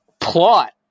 Plot